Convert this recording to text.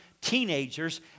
teenagers